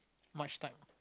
much type